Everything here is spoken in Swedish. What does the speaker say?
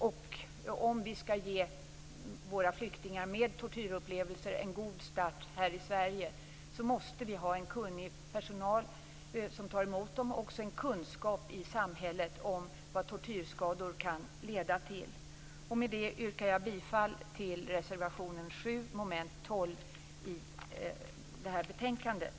Om vi skall ge våra flyktingar med tortyrupplevelser en god start här i Sverige måste vi ha en kunnig personal som tar emot dem och ha en kunskap i samhället om vad tortyrskador kan leda till. Med det yrkar jag bifall till reservation 7 under mom. 12 till betänkandet.